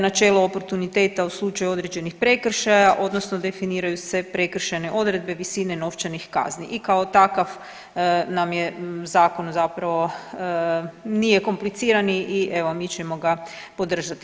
Načelo oportuniteta u slučaju određenih prekršaja, odnosno definiraju se prekršajne odredbe, visine novčanih kazni i kao takav nam je zakon zapravo, nije kompliciran i evo, mi ćemo ga podržati.